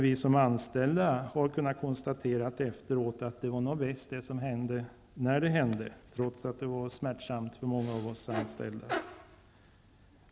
Vi som var anställda där har efteråt kunnat konstatera att det som skedde nog var bäst att det hände när det hände, trots att det var smärtsamt för många av oss.